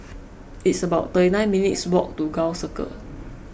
it's about thirty nine minutes' walk to Gul Circle